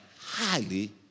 highly